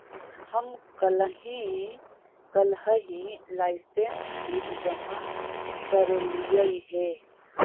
हम कलहही licence fee जमा करयलियइ हे